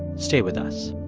stay with us